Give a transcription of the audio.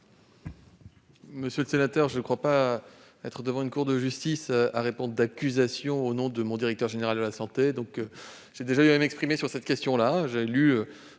Monsieur le sénateur, je ne crois pas être devant une cour de justice à devoir répondre d'accusations au nom de mon directeur général de la santé. J'ai déjà eu à m'exprimer sur cette question. J'ai lu